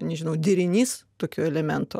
nežinau derinys tokių elementų